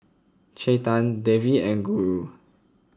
Chetan Devi and Guru